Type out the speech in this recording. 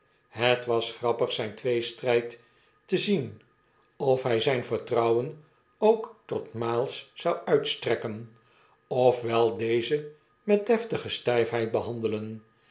het was grappig zyn tweestryd te zien of hy zyn vertrouwen ook tot miles zou uitstrekken of wel dezen met deftige styfheid behandelen